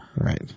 Right